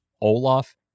Olaf